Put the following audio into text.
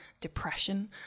depression